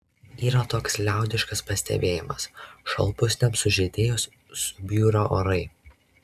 yra toks liaudiškas pastebėjimas šalpusniams sužydėjus subjūra orai